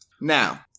Now